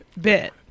bit